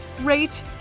rate